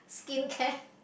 skin care